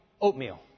oatmeal